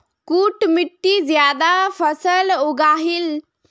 कुन मिट्टी ज्यादा फसल उगहिल?